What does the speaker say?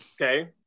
okay